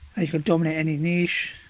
you can dominate any niche.